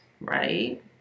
right